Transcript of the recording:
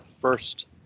first